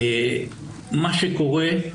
מה שקורה,